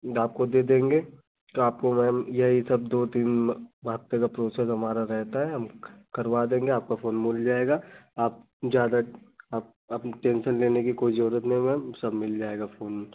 ड आपको दे देंगे तो आपको मैम यही सब दो तीन हफ़्ते का प्रोसेस हमारा रहता है हम क करवा देंगे आपका फोन मिल जाएगा आप ज़्यादा आप आप टेन्सन लेने की कोई ज़रूरत नहीं मैम सब मिल जाएगा फोन कोई